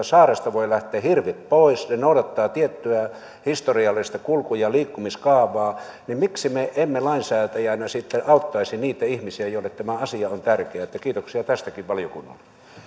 saaresta voivat lähteä hirvet pois ne noudattavat tiettyä historiallista kulku ja liikkumiskaavaa niin miksi me emme lainsäätäjänä sitten auttaisi niitä ihmisiä joille tämä asia on tärkeä että kiitoksia tästäkin valiokunnalle